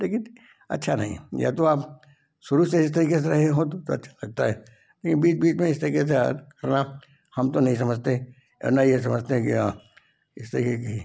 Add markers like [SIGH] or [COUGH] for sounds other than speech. लेकिन अच्छा नहीं है या तो आप शुरू से इस तरीके से रहे हों तो अच्छा लगता है लेकिन बीच बीच में इस तरीके से [UNINTELLIGIBLE] हम तो नहीं समझते और न ही ये समझते हैं कि हाँ ये सही है कि